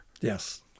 Yes